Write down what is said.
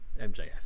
MJF